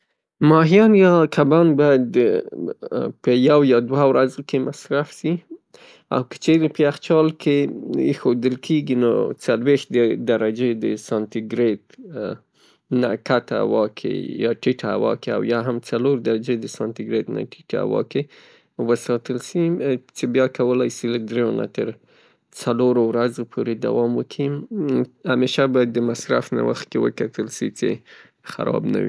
ماهیان یا کبان باید یوه ورځ کې مصرف سي او که چیرې یخچال کې کیښودل کیږي نو څلویښت درجې د سانتي ګیرید، نه کته هوا کې یا ټیټه هوا کې او یا هم څلور درجې د سانتي ګیرید نه ټیټه هوا کې وساتل سي، څه بیا کولای سي له دریو نه تر څلورو ورځو دوام وکي. همیشه باید د مصرف نه مخکې وکتل سي څې خراب نه وي.